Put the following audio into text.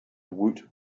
woot